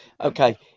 okay